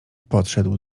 podszedł